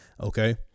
Okay